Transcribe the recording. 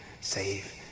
save